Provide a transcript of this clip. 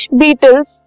beetles